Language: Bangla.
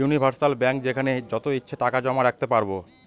ইউনিভার্সাল ব্যাঙ্ক যেখানে যত ইচ্ছে টাকা জমা রাখতে পারবো